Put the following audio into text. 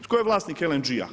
Tko je vlasnik LNG-a?